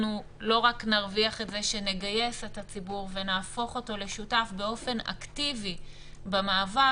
לא רק נרוויח שנגייס את הציבור ונהפוך אותו לשותף באופן אקטיבי במאבק,